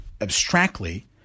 abstractly